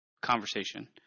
conversation